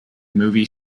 movie